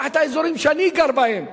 קח את האזורים שאני גר בהם,